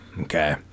Okay